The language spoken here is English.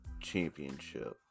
Championship